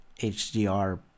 HDR